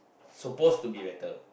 suppose to be better